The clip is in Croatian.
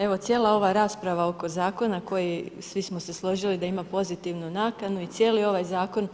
Evo, cijela ova rasprava oko zakona, koji svi smo se složili da ima pozitivnu nakanu i cijeli ovaj zakon,